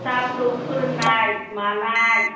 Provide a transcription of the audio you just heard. फिसा फिसौ फोरोंनाय मानाय